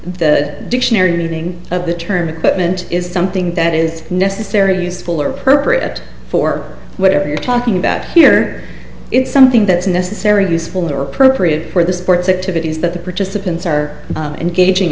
he dictionary meaning of the term equipment is something that is necessary useful or perper it for whatever you're talking about here it's something that's necessary useful or appropriate for the sports activities that the participants are engaging